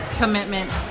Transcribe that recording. commitment